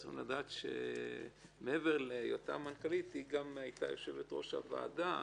צריכים לדעת שמעבר להיותה מנכ"לית היא גם היתה יושבת-ראש הוועדה